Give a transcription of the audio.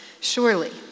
Surely